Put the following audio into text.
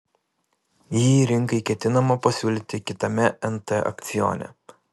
jį rinkai ketinama pasiūlyti kitame nt aukcione